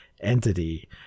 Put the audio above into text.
entity